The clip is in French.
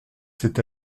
c’est